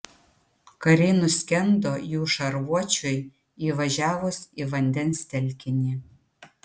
kariai nuskendo jų šarvuočiui įvažiavus į vandens telkinį